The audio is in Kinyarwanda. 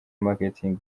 marketing